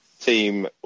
team